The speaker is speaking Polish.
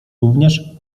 również